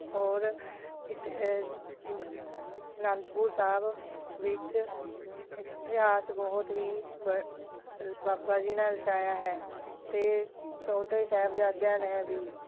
ਔਰ ਅਨੰਦਪੁਰ ਸਾਹਿਬ ਵਿੱਚ ਇਤਿਹਾਸ ਬਹੁਤ ਹੀ ਬ ਬਾਬਾ ਜੀ ਨੇ ਰਚਾਇਆ ਹੈ ਅਤੇ ਛੋਟੇ ਸਾਹਿਬਜ਼ਾਦਿਆਂ ਨੇ ਵੀ